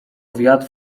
wiatr